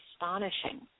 astonishing